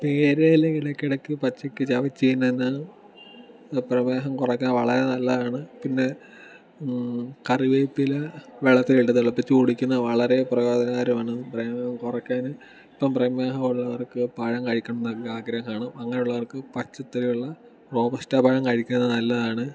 പേരേല ഇടക്കിടക്ക് പച്ചക്ക് ചവച്ച് തിന്നുന്നത് പ്രമേഹം കുറക്കാൻ വളരെ നല്ലതാണ് പിന്നെ കറി വേപ്പില വെള്ളത്തിലിട്ട് തിളപ്പിച്ച് കുടിക്കുന്നത് വളരെ പ്രയോജനകരമാണ് പ്രമേഹം കുറക്കാൻ ഇപ്പം പ്രമേഹം ഉള്ളവർക്ക് പഴം കഴിക്കണമെന്നൊക്കെ ആഗ്രഹമാണ് അങ്ങനെ ഉള്ളവർക്ക് പച്ചത്തൊലിയുള്ള റോബസ്റ്റാ പഴം കഴിക്കുന്നത് നല്ലതാണ്